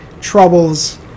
troubles